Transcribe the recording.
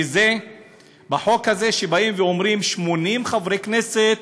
בחוק הזה אומרים: 80 חברי כנסת